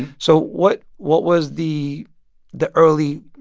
and so what what was the the early